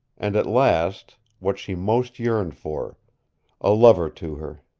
and at last what she most yearned for a lover to her.